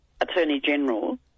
Attorney-General